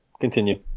continue